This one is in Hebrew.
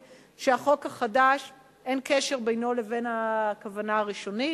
שהחוק החדש אין קשר בינו לבין הכוונה הראשונית.